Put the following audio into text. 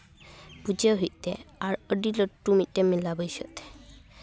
ᱯᱩᱡᱟᱹ ᱦᱩᱭᱩᱜ ᱛᱮ ᱟᱨ ᱟᱹᱰᱤ ᱞᱟᱹᱴᱩ ᱢᱤᱫᱴᱮᱱ ᱢᱮᱞᱟ ᱵᱟᱹᱭᱥᱟᱹᱜ ᱛᱮ